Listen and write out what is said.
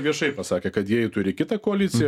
viešai pasakė kad jie i turi kitą koaliciją